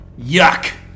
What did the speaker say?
Yuck